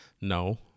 No